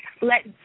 Let